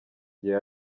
gihe